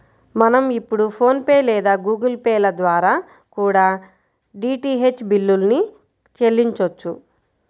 మనం ఇప్పుడు PhonePe లేదా గుగుల్ పే ల ద్వారా కూడా డీటీహెచ్ బిల్లుల్ని చెల్లించొచ్చు